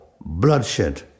bloodshed